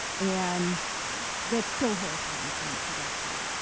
and that's still horrifying to me to that day.